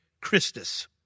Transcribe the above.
Christus